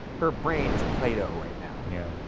her brain is play-doh right now. yeah.